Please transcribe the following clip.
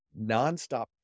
nonstop